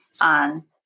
on